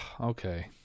okay